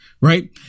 right